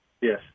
Yes